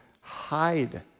hide